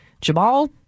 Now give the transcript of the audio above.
jamal